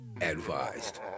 advised